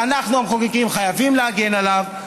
ואנחנו המחוקקים חייבים להגן עליו,